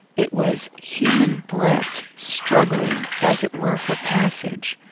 it was human breath struggling, as it were, for passage.